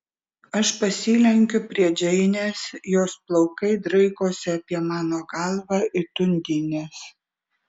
aš pasilenkiu prie džeinės jos plaukai draikosi apie mano galvą it undinės